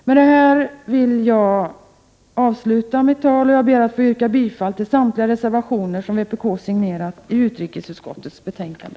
Med detta vill jag avsluta mitt tal, och jag ber att få yrka bifall till samtliga reservationer som vpk signerat i utrikesutskottets betänkande.